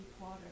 water